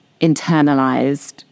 internalized